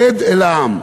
רד אל העם.